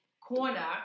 corner